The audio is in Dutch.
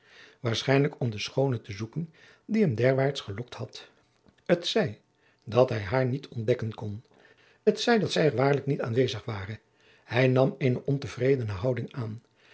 waarschijnlijk om de schoone te zoeken die hem derwaarts gelokt had t zij dat hij haar niet ontdekken kon t zij dat zij er waarlijk niet aanwezig ware hij nam eene ontevredene houding aan